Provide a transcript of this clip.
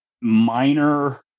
minor